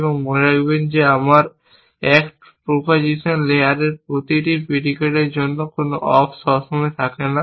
এবং মনে রাখবেন আমার অ্যাক্ট প্রোপোজিশন লেয়ারের প্রতিটি প্রিডিকেটের জন্য কোন অপস সবসময় থাকে না